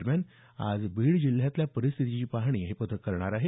दरम्यान आज बीड जिल्ह्यातल्या परिस्थितीची पाहणी पथक आज करणार आहे